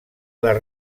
les